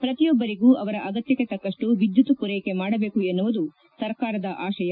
ಪ್ರತಿಯೊಬ್ಬರಿಗೂ ಅವರ ಅಗತ್ವಕ್ಕೆ ತಕ್ಕಷ್ಟು ವಿದ್ಯುತ್ ಪೂರೈಕೆ ಮಾಡಬೇಕು ಎನ್ನುವುದು ಸರ್ಕಾರದ ಆಶಯ